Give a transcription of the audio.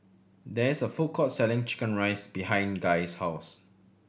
there is a food court selling chicken rice behind Guy's house